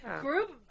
group